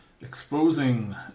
Exposing